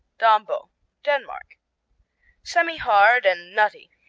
dambo denmark semihard and nutty.